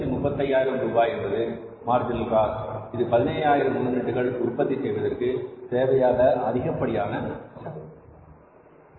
135000 ரூபாய் என்பது marginal cost இது 15000 யூனிட்டுகள் உற்பத்தி செய்வதற்கு தேவையான அதிகப்படியான செலவு